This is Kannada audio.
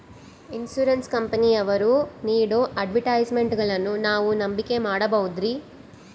ಇನ್ಸೂರೆನ್ಸ್ ಕಂಪನಿಯವರು ನೇಡೋ ಅಡ್ವರ್ಟೈಸ್ಮೆಂಟ್ಗಳನ್ನು ನಾವು ನಂಬಿಕೆ ಮಾಡಬಹುದ್ರಿ?